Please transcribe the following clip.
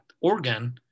organ